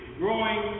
growing